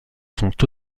sont